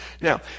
Now